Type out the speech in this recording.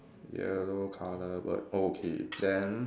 yellow colour bird okay then